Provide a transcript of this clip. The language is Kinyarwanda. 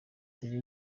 dore